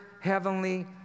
heavenly